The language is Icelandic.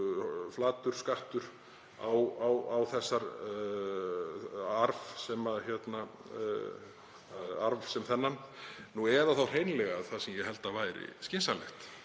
flatur skattur á arf sem þennan eða þá hreinlega það sem ég held að væri skynsamlegt,